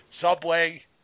Subway